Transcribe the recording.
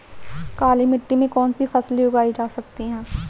काली मिट्टी में कौनसी फसलें उगाई जा सकती हैं?